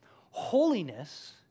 Holiness